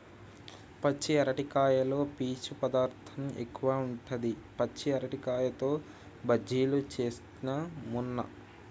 పచ్చి అరటికాయలో పీచు పదార్ధం ఎక్కువుంటది, పచ్చి అరటికాయతో బజ్జిలు చేస్న మొన్న